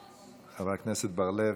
חבר הכנסת בר לב.